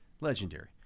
Legendary